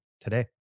today